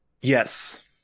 Yes